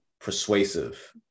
persuasive